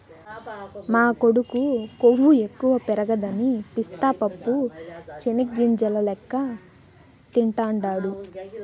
మా కొడుకు కొవ్వు ఎక్కువ పెరగదని పిస్తా పప్పు చెనిగ్గింజల లెక్క తింటాండాడు